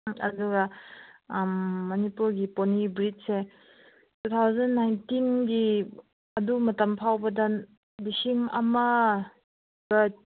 ꯎꯝ ꯑꯗꯨꯒ ꯃꯅꯤꯄꯨꯔꯒꯤ ꯄꯣꯅꯤ ꯕ꯭ꯔꯤꯠꯁꯦ ꯇꯨ ꯊꯥꯎꯖꯟ ꯅꯥꯏꯟꯇꯤꯟꯒꯤ ꯑꯗꯨ ꯃꯇꯝ ꯐꯥꯎꯕꯗ ꯂꯤꯁꯤꯡ ꯑꯃꯒ